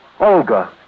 Olga